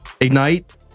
Ignite